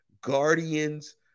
Guardians